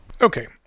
Okay